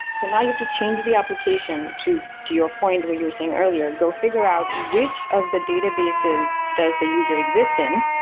so now you have to change the application to to your point where you were saying earlier, go figure out which of the databases does the user exist in,